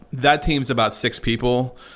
that team is about six people.